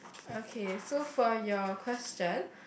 okay so for your question